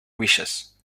wishes